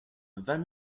vingt